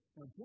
Now